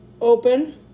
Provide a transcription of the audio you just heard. open